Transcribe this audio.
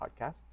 Podcasts